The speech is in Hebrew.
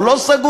או לא סגור?